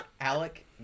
Alec